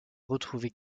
retrouvée